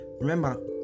Remember